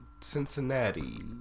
Cincinnati